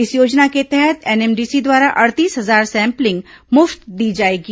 इस योजना के तहत एनएमडीसी द्वारा अड़तीस हजार सैपलिंग मुफ्त दी जाएंगी